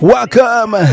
Welcome